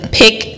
pick